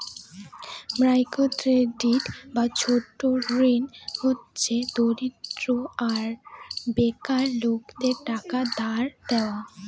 micro credit বা ছোট ঋণ হচ্ছে দরিদ্র আর বেকার লোকেদের টাকা ধার দেওয়া